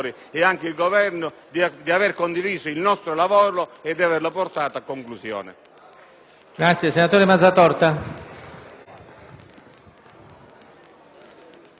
per aver condiviso il nostro lavoro ed averlo portato a conclusione.